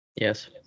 Yes